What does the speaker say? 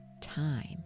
time